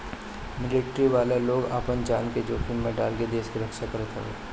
military वाला लोग आपन जान के जोखिम में डाल के देस के रक्षा करत हवे